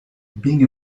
being